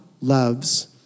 loves